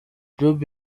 job